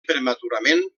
prematurament